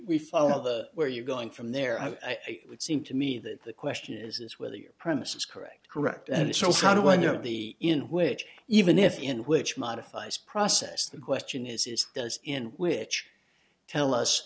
we follow the where you're going from there i would seem to me that the question is is whether your premises correct correct and if so how do i know the in which even if in which modifies process the question is is does in which tell us